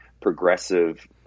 progressive